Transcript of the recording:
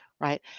right